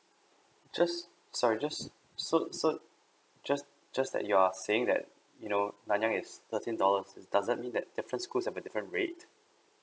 just sorry just so so just just that you are saying that you know nan yang is next thirteen dollars does that mean that difference schools have a different rate